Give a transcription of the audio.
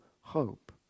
hope